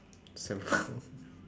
several